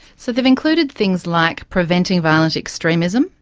so they've included things like preventing violent extremism,